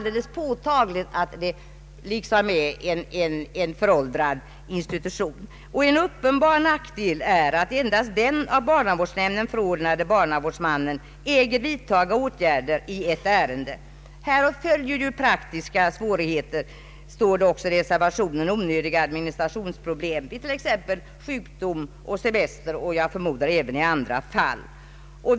En uppenbar nackdel är att endast den av barnavårdsnämnden förordnade barnavårdsmannen äger vidtaga åtgärder i ett ärende. Härav följer avsevärda praktiska svårigheter och onödiga administrationsproblem vid t.ex. sjukdom och semester.” Jag förmodar att sådana svårigheter kan uppstå även i andra fall.